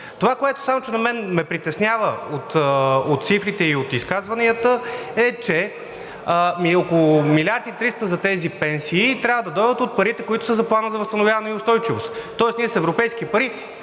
Това, което само че мен ме притеснява от цифрите и от изказванията, е, че около 1 млрд. 300 хил. лв. за тези пенсии трябва да дойдат от парите, които са за Плана за възстановяване и устойчивост, тоест ние с европейски пари